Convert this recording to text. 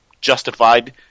justified